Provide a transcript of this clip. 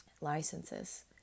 licenses